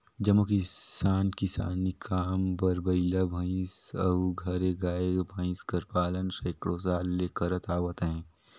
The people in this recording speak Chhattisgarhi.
जम्मो किसान किसानी काम बर बइला, भंइसा अउ घरे गाय, भंइस कर पालन सैकड़ों साल ले करत आवत अहें